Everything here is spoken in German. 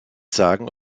sagen